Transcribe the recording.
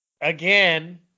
again